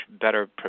better